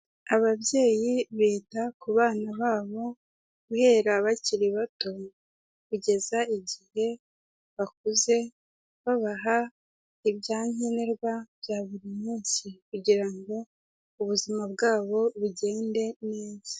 Ababyeyi bita ku bana babo, guhera bakiri bato kugeza igihe bakuze, babaha ibyankenerwa bya buri munsi, kugira ngo ubuzima bwabo bugende neza.